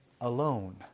alone